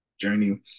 journey